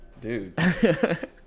Dude